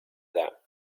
that